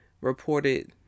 reported